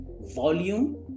volume